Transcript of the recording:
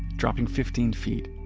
dropping fifteen feet